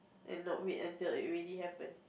and not wait until it really happen